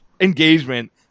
engagement